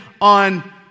on